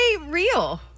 real